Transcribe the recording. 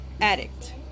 addict